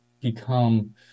become